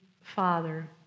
Father